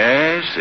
Yes